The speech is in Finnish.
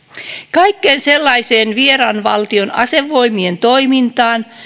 kaikkeen sellaiseen vieraan valtion asevoimien toimintaan